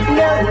no